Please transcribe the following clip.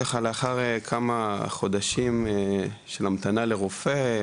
ככה לאחר כמה חודשים של המתנה לרופא,